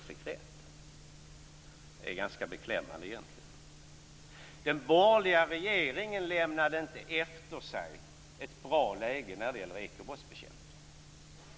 Det är ganska beklämmande egentligen. Den borgerliga regeringen lämnade inte efter sig något bra läge när det gäller ekobrottsbekämpningen.